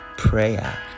Prayer